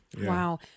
Wow